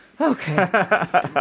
Okay